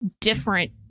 different